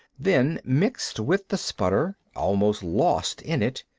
then, mixed with the sputter, almost lost in it,